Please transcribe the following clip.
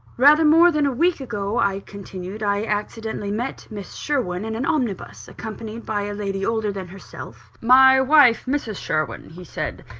rather more than a week ago i continued, i accidentally met miss sherwin in an omnibus, accompanied by a lady older than herself my wife mrs. sherwin, he said,